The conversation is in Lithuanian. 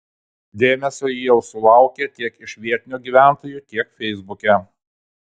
dėmesio ji jau sulaukė tiek iš vietinių gyventojų tiek feisbuke